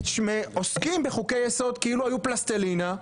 עוסקים בחוקי יסוד כאילו היו פלסטלינה,